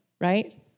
right